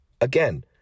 Again